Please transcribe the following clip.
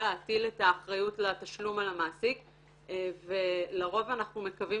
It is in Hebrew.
להטיל את האחריות לתשלום על המעסיק ולרוב אנחנו מקווים